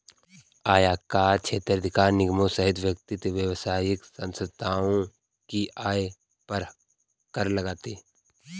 आयकर कई क्षेत्राधिकार निगमों सहित व्यक्तियों, व्यावसायिक संस्थाओं की आय पर कर लगाते हैं